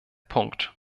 punkt